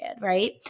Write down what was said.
Right